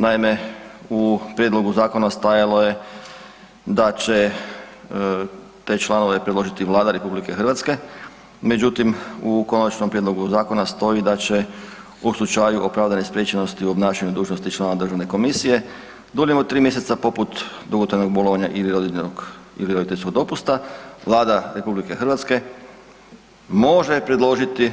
Naime, u prijedlogu zakona stajalo je da će te članove predložiti Vlada RH, međutim u konačnom prijedlogu zakona stoji da će u slučaju opravdane spriječenosti u obnašanju dužnosti člana državne komisije duljim od tri mjeseca poput dugotrajnog bolovanja ili rodiljnog ili roditeljskog dopusta Vlada RH može predložiti